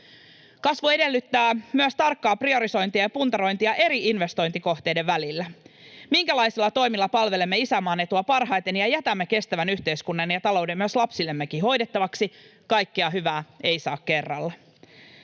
Kasvu edellyttää myös tarkkaa priorisointia ja puntarointia eri investointikohteiden välillä: minkälaisilla toimilla palvelemme isänmaan etua parhaiten ja jätämme kestävän yhteiskunnan ja talouden myös lapsillemme hoidettavaksi. Kaikkea hyvää ei saa kerralla.